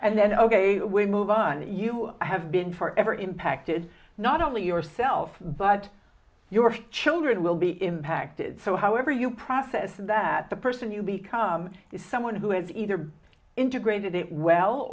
and then ok we move on that you have been for ever impacted not only yourself but your children will be impacted so however you process that the person you become is someone who has either integrated it well